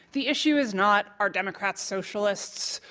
the issue is not are democrats socialists?